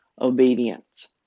obedience